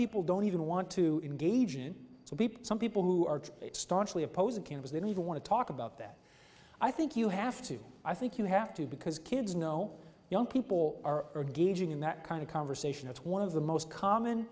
people don't even want to engage in so deep some people who are opposing camps they don't even want to talk about that i think you have to i think you have to because kids know young people are are gaging in that kind of conversation it's one of the most common